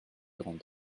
grand